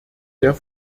der